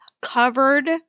covered